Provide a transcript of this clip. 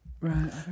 Right